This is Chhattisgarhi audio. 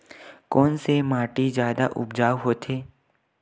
कोन से माटी जादा उपजाऊ होथे?